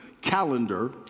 calendar